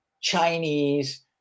chinese